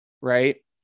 right